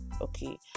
okay